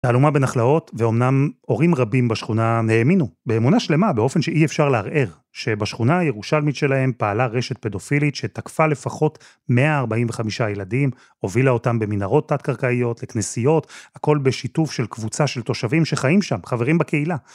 תעלומה בנחלאות, ואומנם הורים רבים בשכונה האמינו, באמונה שלמה, באופן שאי אפשר לערער, שבשכונה, ירושלמית שלהם, פעלה רשת פדופילית, שתקפה לפחות 145 ילדים, הובילה אותם במינהרות תת-קרקעיות, לכנסיות, הכל בשיתוף של קבוצה של תושבים שחיים שם, חברים בקהילה.